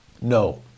No